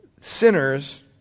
sinners